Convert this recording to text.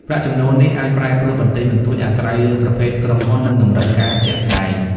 ប្រាក់ចំណូលនេះអាចប្រែប្រួលបន្តិចបន្តួចអាស្រ័យលើប្រភេទក្រុមហ៊ុន និងតម្រូវការជាក់ស្តែង។